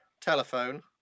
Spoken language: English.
telephone